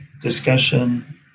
Discussion